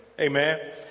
amen